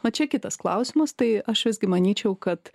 va čia kitas klausimas tai aš visgi manyčiau kad